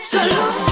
Salute